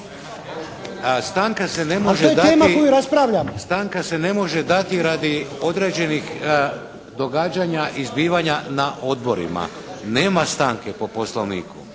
Stanka se ne može dati radi određenih događanja i zbivanja na odborima. Nema stanke po Poslovniku.